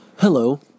Hello